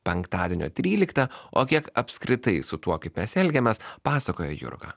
penktadienio trylikta o kiek apskritai su tuo kaip mes elgiamės pasakoja jurga